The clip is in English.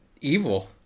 evil